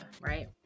right